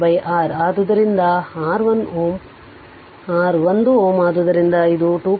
ಆದ್ದರಿಂದ R 1 Ω ಆದ್ದರಿಂದ ಅದು 2